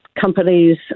companies